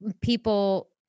people